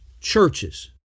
churches